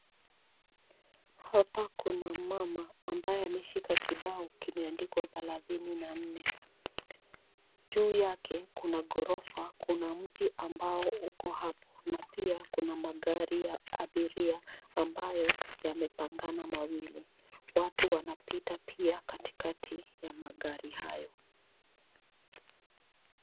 Hapa kuna mama ambaye ameshika kibao kimeandikwa thelathini na nne juu yake kuna gorofa, kuna mti ambao uko hapo na pia kuna magari ya abiria ambayo yamepangana mawili watu wanapita pia kati kati ya magari hayo.